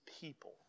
people